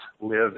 live